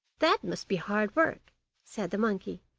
that must be hard work said the monkey,